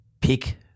pick